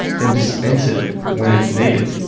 then dispense it when it's needed.